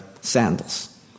sandals